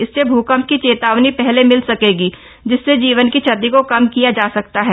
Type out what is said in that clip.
इससे भूकम्प की चेतावनी पहले मिल सकेगी जिससे जीवन की क्षति को कम किया जा सकता है